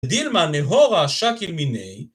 דילמה נהורה שקל מיני